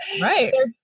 Right